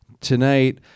tonight